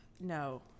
No